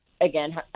again